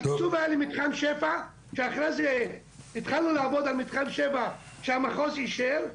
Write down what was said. התקצוב היה למתחם שבע ואחרי זה התחלנו לעבוד על מתחם שבע שהמחוז אישר,